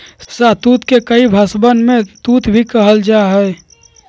शहतूत के कई भषवन में तूत भी कहल जाहई